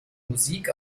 musik